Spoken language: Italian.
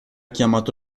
chiamato